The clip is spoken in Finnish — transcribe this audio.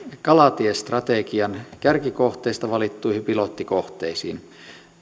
kalatiestrategian kärkikohteista valittuihin pilottikohteisiin